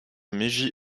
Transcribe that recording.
meiji